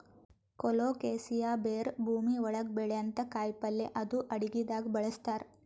colocasia ಬೇರ್ ಭೂಮಿ ಒಳಗ್ ಬೆಳ್ಯಂಥ ಕಾಯಿಪಲ್ಯ ಇದು ಅಡಗಿದಾಗ್ ಬಳಸ್ತಾರ್